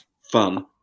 fun